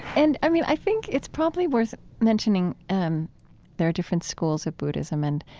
and, i mean, i think it's probably worth mentioning um there are different schools of buddhism. and,